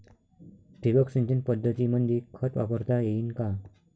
ठिबक सिंचन पद्धतीमंदी खत वापरता येईन का?